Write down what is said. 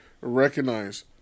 recognize